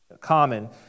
common